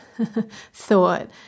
thought